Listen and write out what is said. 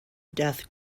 death